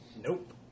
Nope